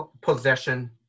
possession